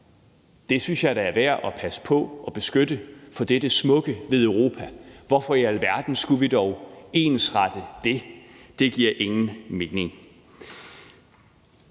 Det synes jeg da er værd at passe på og beskytte, for det er det smukke ved Europa. Hvorfor i alverden skulle vi dog ensrette det? Det giver ingen mening.